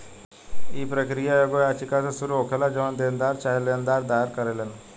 इ प्रक्रिया एगो याचिका से शुरू होखेला जवन देनदार चाहे लेनदार दायर करेलन